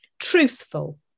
Truthful